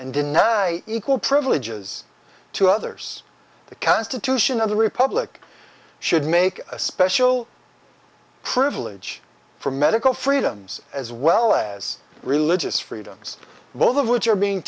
and deny equal privileges to others the constitution of the republic should make a special privilege for medical freedoms as well as religious freedoms both of which are being